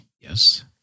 Yes